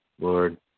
Lord